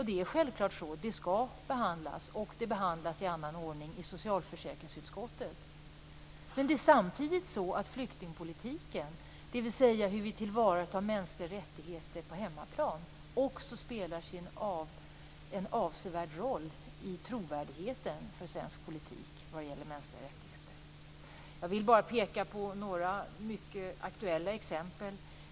Det är självklart så. Det skall behandlas i annan ordning i socialförsäkringsutskottet. Men samtidigt spelar flyktingpolitiken, dvs. hur vi tillvaratar mänskliga rättigheter på hemmaplan, en avsevärd roll för trovärdigheten för svensk politik vad gäller mänskliga rättigheter. Jag vill bara peka på några mycket aktuella exempel.